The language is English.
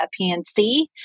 PNC